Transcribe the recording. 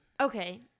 Okay